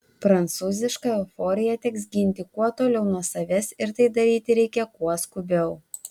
prancūzišką euforiją teks ginti kuo toliau nuo savęs ir tai daryti reikia kuo skubiau